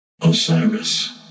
Osiris